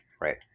right